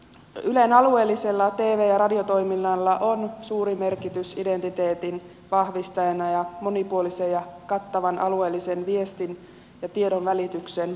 ylen alueellisella tv ja radiotoiminnalla on suuri merkitys identiteetin vahvistajana ja monipuolisen ja kattavan alueellisen viestin ja tiedonvälityksen takaajana